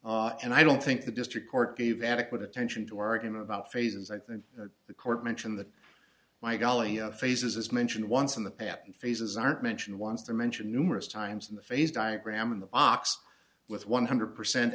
four and i don't think the district court gave adequate attention to argument about phrases i think the court mentioned the my golly faces as mentioned once in the patent phases aren't mentioned wants to mention numerous times in the face diagram in the box with one hundred percent